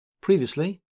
Previously